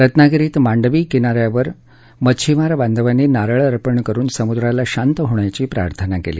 रत्नागिरीत मांडवी किनाऱ्यावर मच्छीमार बांधवांनी नारळ अर्पण करून समुद्राला शांत होण्याची प्रार्थना केली